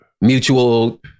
mutual